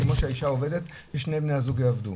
כמו שהאישה עובדת ושני בני הזוג יעבדו.